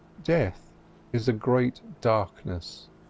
death is a great darkness,